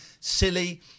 Silly